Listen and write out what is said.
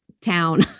town